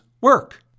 work